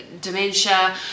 Dementia